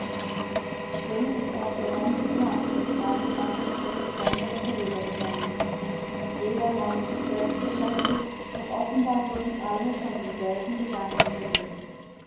still ist auch der ganze tag der zwei dezember vorübergegangen jeder war mit sich selbst beschäftigt doch offenbar wurden alle von demselben gedanken bewegt